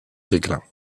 déclin